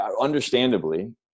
understandably